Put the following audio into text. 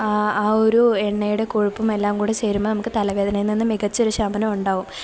ആ ഒരു എണ്ണയുടെ കൊഴുപ്പും എല്ലാം കൂടെ ചേരുമ്പോള് നമുക്ക് തലവേദനയിൽ നിന്ന് മികച്ചൊരു ശമനമുണ്ടാകും